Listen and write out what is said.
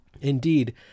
Indeed